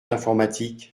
d’informatique